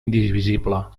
indivisible